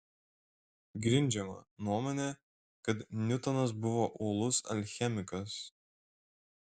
grindžiama nuomone kad niutonas buvo uolus alchemikas